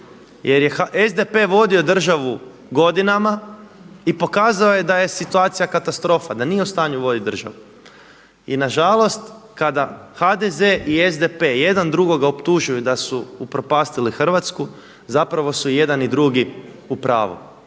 Jer je SDP vodio državu godinama i pokazao je da je situacija katastrofa da nije u stanju voditi državu. I nažalost, kada HDZ i SDP jedan drugog optužuju da su upropastili Hrvatsku zapravo su jedan i drugi upravu,